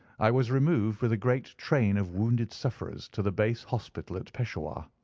i was removed, with a great train of wounded sufferers, to the base hospital at peshawar.